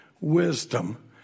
wisdom